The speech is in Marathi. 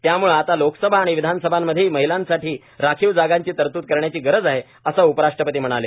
त्यामुळे आता लोकसभा आणि विधानसभांमध्येही महिलांसाठी राखीव जागांची तरतूद करण्याची गरज आहे असं उपराष्ट्रपती म्हणाले